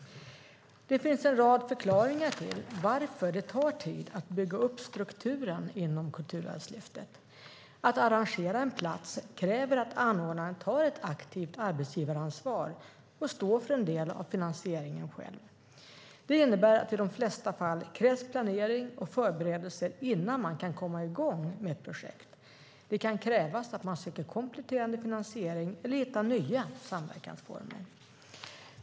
Det finns en rad förklaringar till varför det tar tid att bygga upp strukturen inom Kulturarvslyftet. Att arrangera en plats kräver att anordnaren tar ett aktivt arbetsgivaransvar och står för en del av finansieringen själv. Det innebär att det i de flesta fall krävs planering och förberedelser innan man kan komma i gång med ett projekt. Det kan krävas att man söker kompletterande finansiering eller hittar nya samverkansformer.